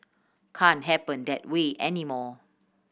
can't happen that way anymore